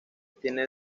tiene